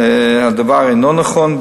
הדבר אינו נכון.